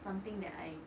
something that I